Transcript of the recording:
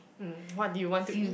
mm what do you want to eat